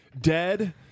Dead